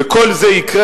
וכל זה יקרה,